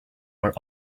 where